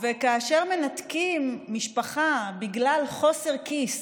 וכאשר מנתקים משפחה, בגלל חוסר כיס,